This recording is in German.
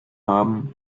haben